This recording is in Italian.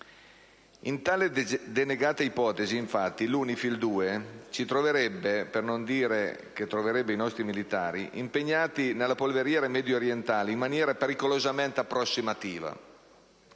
In tale denegata ipotesi, infatti, UNIFIL 2 ci troverebbe (per non dire che troverebbe i nostri militari) impegnati nella polveriera mediorientale in maniera pericolosamente approssimativa.